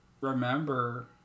remember